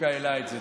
צביקה העלה את זה,